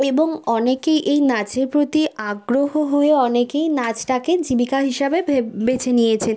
এবং অনেকেই এই নাচের প্রতি আগ্রহ হয়ে অনেকেই নাচটাকে জীবিকা হিসেবে ভে বেছে নিয়েছে